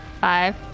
Five